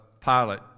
pilot